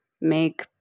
make